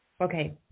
Okay